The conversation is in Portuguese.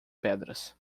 pedras